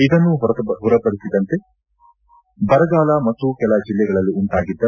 ಇದನ್ನು ಹೊರತುಪಡಿಸಿದಂತೆ ಬರಗಾಲ ಮತ್ತು ಕೆಲ ಜಿಲ್ಲೆಗಳಲ್ಲಿ ಉಂಟಾಗಿದ್ದ